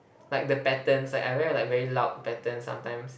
like the patterns like I wear like very loud patterns sometimes